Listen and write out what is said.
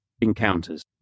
encounters